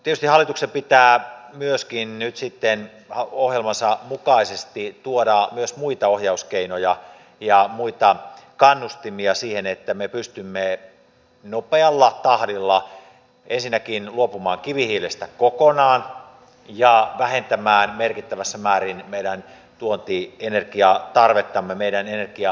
tietysti hallituksen pitää myöskin nyt sitten ohjelmansa mukaisesti tuoda myös muita ohjauskeinoja ja muita kannustimia siihen että me pystymme nopealla tahdilla ensinnäkin luopumaan kivihiilestä kokonaan ja vähentämään merkittävässä määrin meidän tuontienergiatarvettamme meidän energiariippuvuuttamme